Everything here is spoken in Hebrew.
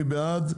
מי בעד?